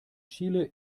chile